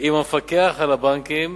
עם המפקח על הבנקים